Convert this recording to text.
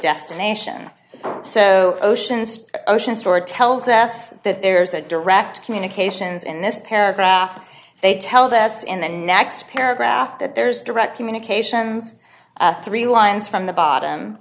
destination so oceans ocean story tells us that there's a direct communications in this paragraph and they tell this in the next paragraph that there's direct communications three lines from the bottom